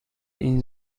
این